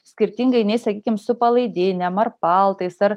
skirtingai nei sakykim su palaidinėm ar paltais ar